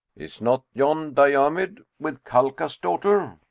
is not yond diomed, with calchas' daughter?